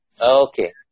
Okay